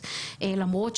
אני לגמרי חושב